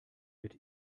mit